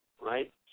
right